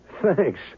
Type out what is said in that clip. Thanks